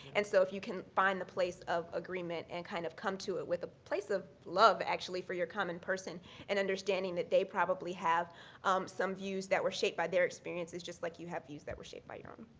and so if you can find the place of agreement and kind of come to with a place of love actually for your common person and understanding that they probably have some views that were shaped by their experiences just like you have views that were shaped by your um